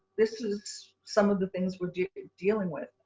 this is some of the things we're dealing with.